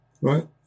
right